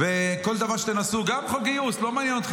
וכל דבר שתנסו, גם חוק גיוס, לא מעניין אתכם.